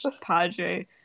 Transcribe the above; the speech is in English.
Padre